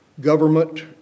government